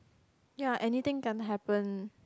ya anything can happen